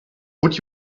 would